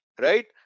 right